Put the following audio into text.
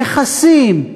נכסים,